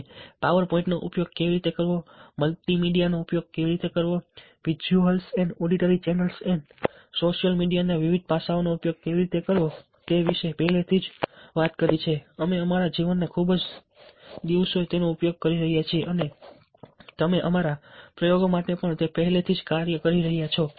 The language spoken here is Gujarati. અમે પાવર પોઈન્ટનો ઉપયોગ કેવી રીતે કરવો મલ્ટીમીડિયા નો ઉપયોગ કેવી રીતે કરવો વિઝ્યુઅલ્સ અને ઓડિટરી ચેનલ્સ અને સોશિયલ મીડિયાના વિવિધ પાસાઓનો ઉપયોગ કેવી રીતે કરવો તે વિશે પહેલેથી જ વાત કરી છે અમે અમારા જીવનના ખૂબ જ દિવસે તેનો ઉપયોગ કરીએ છીએ અને તમે અમારા પ્રયોગો માટે પણ તે પહેલાથી જ કરી રહ્યા છો